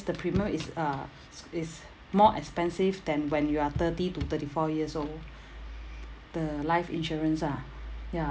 the premium is uh is more expensive than when you're thirty to thirty four years old the life insurance ah ya